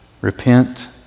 Repent